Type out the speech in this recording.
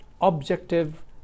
objective